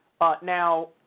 Now